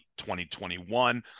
2021